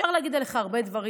אפשר להגיד עליך הרבה דברים,